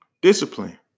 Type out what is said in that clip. Discipline